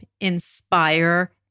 inspire